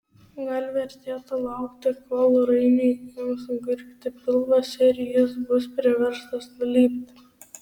gal vertėtų laukti kol rainiui ims gurgti pilvas ir jis bus priverstas nulipti